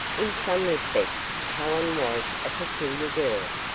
in some respects helen was a peculiar girl.